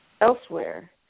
elsewhere